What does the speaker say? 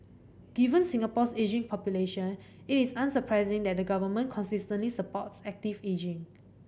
given Singapore's ageing population it is unsurprising that the government consistently supports active ageing